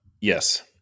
Yes